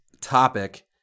topic